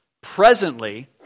presently